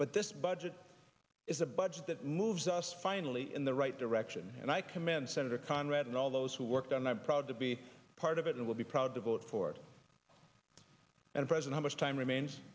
but this budget is a budget that moves us finally in the right direction and i commend senator conrad and all those who worked on i'm proud to be part of it and will be proud to vote for it and present how much time remains